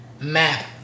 map